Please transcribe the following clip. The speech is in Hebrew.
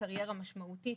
לקריירה משמעותית,